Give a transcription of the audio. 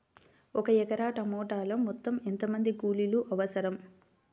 ఒక ఎకరా టమాటలో మొత్తం ఎంత మంది కూలీలు అవసరం?